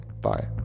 Bye